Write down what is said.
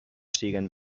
siguen